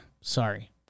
Sorry